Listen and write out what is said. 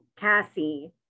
Cassie